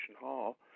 Hall